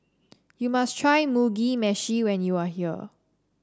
you must try Mugi Meshi when you are here